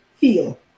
feel